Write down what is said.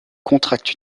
contracte